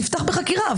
תפתח בחקירה.